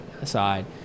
aside